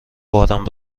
بارم